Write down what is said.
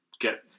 get –